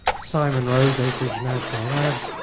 simon rose, oakridge national lab.